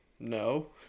no